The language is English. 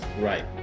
Right